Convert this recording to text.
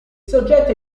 soggetto